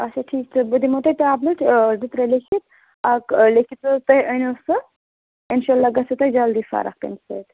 اچھا ٹھیٖک تہٕ بہٕ دِمو تۄہہِ ٹیبلِٹ زٕ ترٛےٚ لیکھِتھ اَکھ لیکھِتھ حظ تُہۍ أنِو سُہ اِنشاء اللہ گژھیو تۄہہِ جلدٕے فرق تَمہِ سۭتۍ